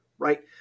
right